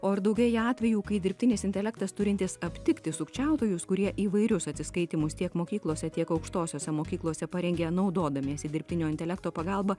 o ir daugėja atvejų kai dirbtinis intelektas turintis aptikti sukčiautojus kurie įvairius atsiskaitymus tiek mokyklose tiek aukštosiose mokyklose parengia naudodamiesi dirbtinio intelekto pagalba